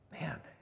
man